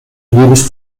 jedes